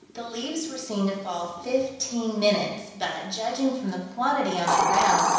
the leaves were seen to fall fifteen minutes, but, judging from the quantity on the ground,